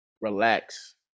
relax